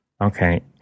Okay